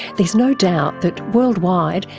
there's no doubt that, worldwide,